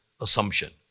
assumption